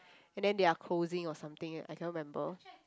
and then they are closing or something I cannot remember